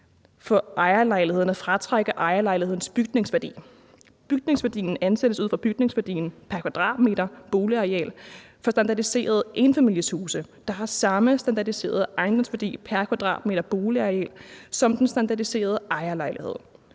for ejerlejligheden at fratrække ejerlejlighedens bygningsværdi. Bygningsværdien ansættes ud fra bygningsværdien pr. kvadratmeter boligareal for standardiserede enfamilieshuse, der har samme standardiserede ejendomsværdi pr. kvadratmeter boligareal som den standardiserede ejerlejlighed.